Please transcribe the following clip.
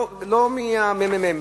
לא מהממ"מ,